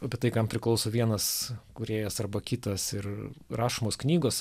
apie tai kam priklauso vienas kūrėjas arba kitas ir rašomos knygos